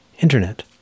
internet